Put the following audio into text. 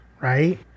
right